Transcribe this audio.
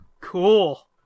Cool